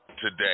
today